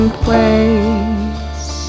place